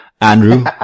Andrew